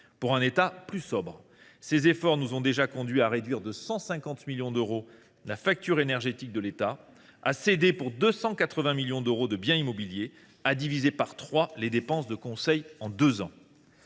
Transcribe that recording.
pour un État plus sobre. Ces efforts nous ont déjà conduits à diminuer de 150 millions d’euros la facture énergétique de l’État, à céder pour 280 millions d’euros de biens immobiliers, et à diviser par trois les dépenses de conseil en deux ans.